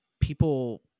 people